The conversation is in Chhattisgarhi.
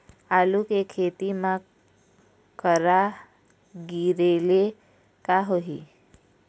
आलू के खेती म करा गिरेले का होही?